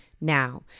now